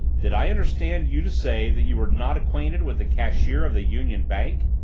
did i understand you to say that you were not acquainted with the cashier of the union bank?